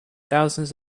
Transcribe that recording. thousands